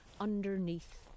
underneath